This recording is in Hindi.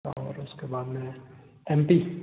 और उसके बाद में एम पी